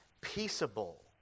peaceable